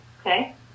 Okay